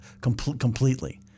completely